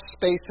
space